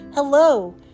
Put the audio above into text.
Hello